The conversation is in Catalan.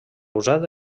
usat